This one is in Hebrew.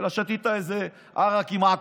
אלא ששתית ערק עם אקסוס.